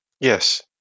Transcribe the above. yes